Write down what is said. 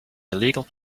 illegal